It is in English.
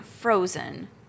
frozen